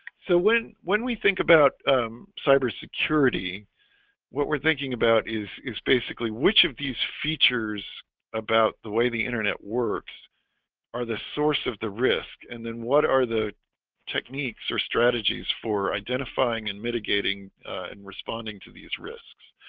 so when when we think about cybersecurity what we're thinking about is is basically which of these features about the way the internet works are? the source of the risk and then what are the techniques or strategies for identifying and mitigating and responding to these risks